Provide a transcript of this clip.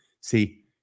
see